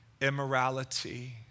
immorality